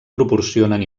proporcionen